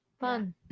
Fun